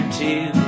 two